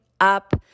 up